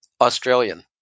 Australian